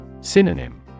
Synonym